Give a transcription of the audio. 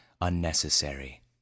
unnecessary